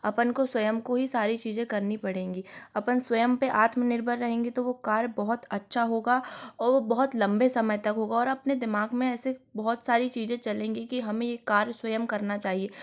अपन को स्वयं को ही सारी चीजें करनी पड़ेंगी अपन स्वयं पर आत्मनिर्भर रहेंगे तो वो कार्य बहुत अच्छा होगा और वो बहुत लंबे समय तक होगा और अपने दिमाग में ऐसे बहुत सारी चीजें चलेंगी कि हमें यह कार्य स्वयं करना चाहिए